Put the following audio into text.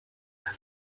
mal